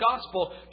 Gospel